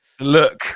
look